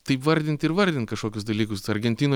taip vardint ir vardint kažkokius dalykus argentinoj